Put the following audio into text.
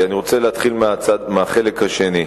כי אני רוצה להתחיל מהחלק השני.